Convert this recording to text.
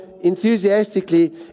enthusiastically